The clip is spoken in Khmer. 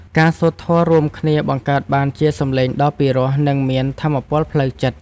ការសូត្រធម៌រួមគ្នា បង្កើតបានជាសម្លេងដ៏ពិរោះ និងមានថាមពលផ្លូវចិត្ត។